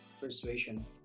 persuasion